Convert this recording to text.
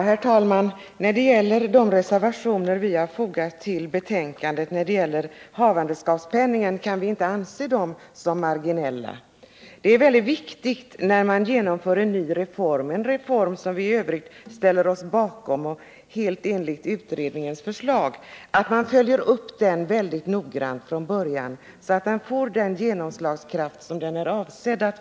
Herr talman! De reservationer angående havandeskapspenningen som vi fogat till socialförsäkringsutskottets betänkande kan vi inte betrakta som marginella. När man genomför en ny reform — i detta fall en reform som vi i övrigt ställer oss bakom och som är helt i enlighet med utredningens förslag — är det viktigt att man från början följer upp den mycket noggrant, så att den får den genomslagskraft som är avsedd.